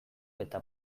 eta